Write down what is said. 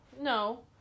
No